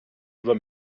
über